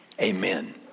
amen